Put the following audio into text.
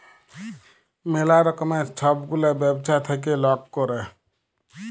ম্যালা রকমের ছব গুলা ব্যবছা থ্যাইকে লক ক্যরে